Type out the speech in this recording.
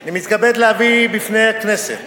אני מתכבד להביא בפני הכנסת